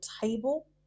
table